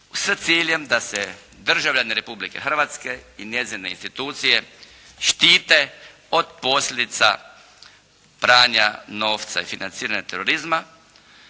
sa ciljem da se državljane Republike Hrvatske i njezine institucije štite od posljedica pranja novca i financiranje turizma,